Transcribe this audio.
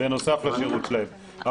בנוסף לשירות שלהם.